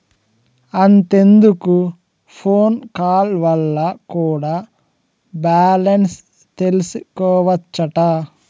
అంతెందుకు phone call వల్ల కూడా బాలెన్స్ తెల్సికోవచ్చట